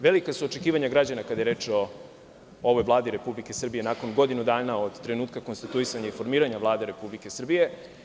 Velika su očekivanja građana kada je reč o ovoj Vladi Republike Srbije nakon godinu dana od trenutka konstituisanja i formiranja Vlade Republike Srbije.